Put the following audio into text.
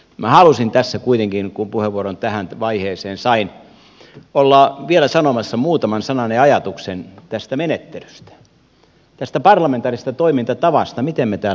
minä halusin tässä kuitenkin kun puheenvuoron tähän vaiheeseen sain olla vielä sanomassa muutaman sanan ja ajatuksen tästä menettelystä tästä parlamentaarisesta toimintatavasta miten me täällä toimimme